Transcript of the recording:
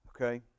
okay